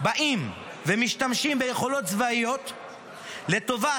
באים ומשתמשים ביכולות צבאיות לטובת